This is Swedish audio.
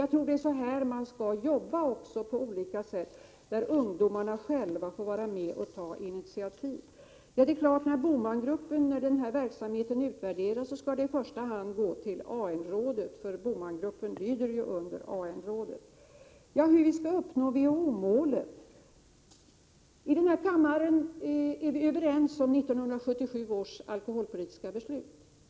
Jag tror att det är på detta sätt som man skall arbeta, dvs. att ungdomarna själva får vara med och ta initiativ. När denna verksamhet har utvärderats är det AN-rådet som skall ta del av dessa erfarenheter, eftersom BOMAN-gruppen lyder under AN-rådet. Hur skall vi uppnå WHO-målet? I denna kammare är vi överens om 1977 års alkoholpolitiska beslut.